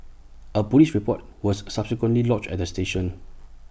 A Police report was subsequently lodged at the station